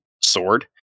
sword